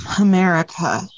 America